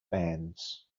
bands